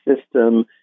system